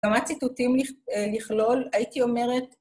כמה ציטוטים לכלול, הייתי אומרת...